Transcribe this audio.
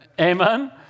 Amen